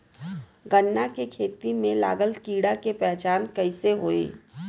गन्ना के खेती में लागल कीड़ा के पहचान कैसे होयी?